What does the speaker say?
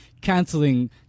canceling